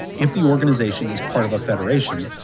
if the organization is part of a federation,